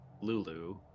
Lulu